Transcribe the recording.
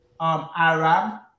Arab